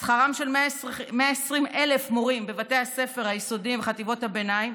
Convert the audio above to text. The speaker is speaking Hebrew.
שכרם של 120,000 מורים בבתי הספר היסודיים ובחטיבות הביניים,